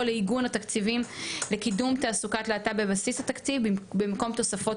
לעיגון התקציבים לקידום תעסוקת להט"ב בבסיס התקציב במקום תוספות